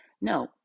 No